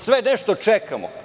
Sve nešto čekamo.